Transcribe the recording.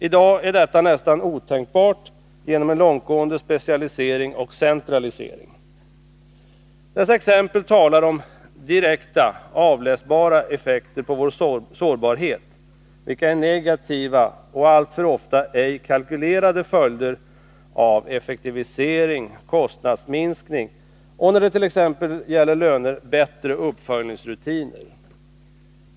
I dag är detta nästan otänkbart genom en långtgående specialisering och centralisering.” Dessa exempel talar om direkta och avläsbara effekter på vår sårbarhet vilka är negativa och alltför ofta ej kalkylerade följder av ”effektivisering” — ”kostnadsminskning” — och när det t.ex. gäller löner ”bättre uppföljningsrutiner”.